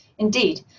Indeed